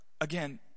Again